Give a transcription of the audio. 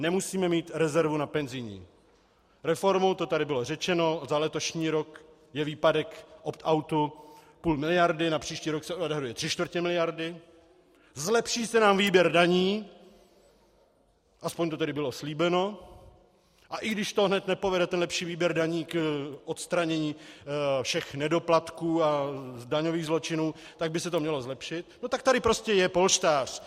Nemusíme mít rezervu na penzijní reformu, to tady bylo řečeno, za letošní rok je výpadek optoutu půl miliardy, na příští rok se odhaduje tři čtvrtě miliardy, zlepší se nám výběr daní, aspoň to tedy bylo slíbeno, a i když lepší výběr daní hned nepovede k odstranění všech nedoplatků a daňových zločinů, tak by se to mělo zlepšit, tak tady prostě je polštář.